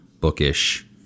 bookish